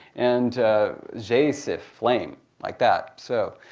and jasif, flame, like that. so